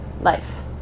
Life